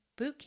Bootcamp